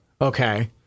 Okay